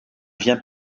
vient